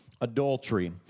adultery